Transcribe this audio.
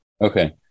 Okay